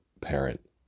parent